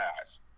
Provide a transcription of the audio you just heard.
eyes